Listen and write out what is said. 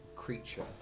creature